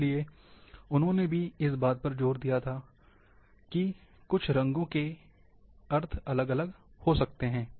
इसलिए उन्होंने भी इस बात पर जोर दिया था कि कुछ रंगों के अलग अलग अर्थ है